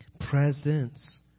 presence